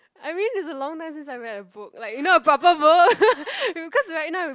I mean it's a long time since I read a book like you know a proper book because right you know right I've